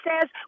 says